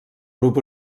grup